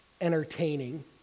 entertaining